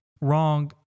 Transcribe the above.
wrong